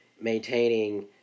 maintaining